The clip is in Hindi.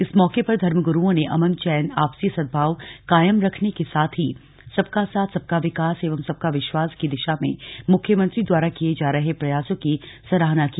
इस मौके पर धर्म गुरूओं ने अमन चैन आपसी सद्भाव कायम रखने के साथ ही सबका साथ सबका विकास एवं सबका विश्वास की दिशा में मुख्यमंत्री द्वारा किये जा रहे प्रयासों की सराहना की